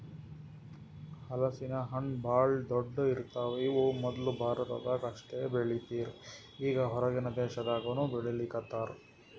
ಹಲಸಿನ ಹಣ್ಣ್ ಭಾಳ್ ದೊಡ್ಡು ಇರ್ತವ್ ಇವ್ ಮೊದ್ಲ ಭಾರತದಾಗ್ ಅಷ್ಟೇ ಬೆಳೀತಿರ್ ಈಗ್ ಹೊರಗಿನ್ ದೇಶದಾಗನೂ ಬೆಳೀಲಿಕತ್ತಾರ್